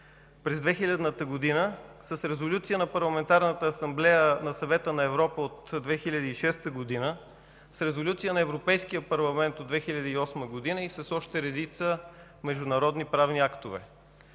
през 2000 г. с Резолюция на Парламентарната асамблея на Съвета на Европа от 2006 г., с Резолюция на Европейския парламент от 2008 г. и с още редица международни правни актове.